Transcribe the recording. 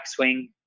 backswing